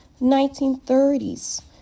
1930s